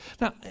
Now